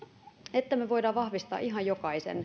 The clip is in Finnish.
että me voimme vahvistaa ihan jokaisen